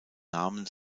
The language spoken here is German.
namen